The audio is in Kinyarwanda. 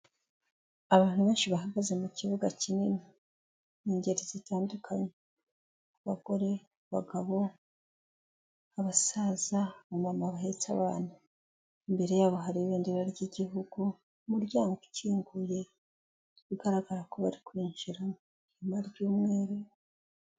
Abantu benshi bahagaze mu kibuga kinini, ni ingeri zitandukanye, abagore, abagabo, abasaza, abamama bahetse abana, imbere yabo hari ibendera ry'igihugu, umuryango ukinguye bigaragara ko bari kwinjiramo, ihema ry'umweru.